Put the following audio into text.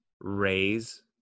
raise